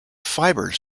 fibers